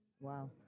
Wow